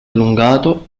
allungato